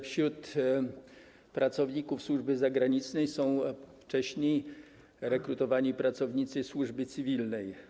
Wśród pracowników służby zagranicznej są wcześniej rekrutowani pracownicy służby cywilnej.